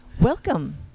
welcome